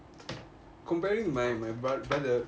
comparing my my err brother